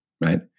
right